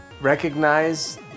recognize